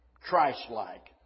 Christ-like